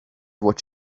what